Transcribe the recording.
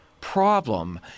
problem